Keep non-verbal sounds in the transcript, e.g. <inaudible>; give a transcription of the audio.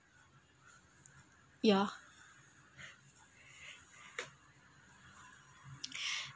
yeah <breath>